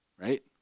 right